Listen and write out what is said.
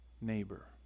neighbor